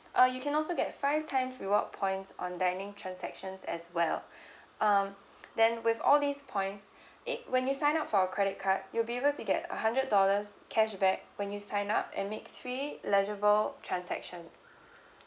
uh you can also get five times reward points on dining transactions as well um then with all these points it when you sign up for credit card you'll be able to get a hundred dollars cashback when you sign up and make three legible transaction